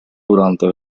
durante